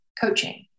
coaching